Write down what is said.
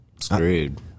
screwed